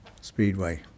speedway